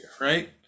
right